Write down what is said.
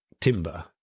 timber